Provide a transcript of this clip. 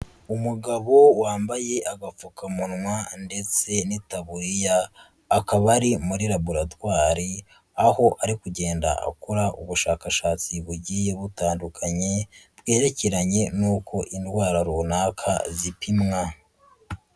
Umugabo wambaye agapfukamunwa ndetse n'itaburiya, akaba ari muri Laboratwari, aho ari kugenda akora ubushakashatsi bugiye butandukanye, bwerekeranye n'uko indwara runaka zipimwa.